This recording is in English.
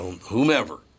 whomever